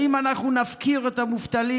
האם אנחנו נפקיר את המובטלים,